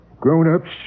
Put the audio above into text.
Grown-ups